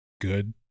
good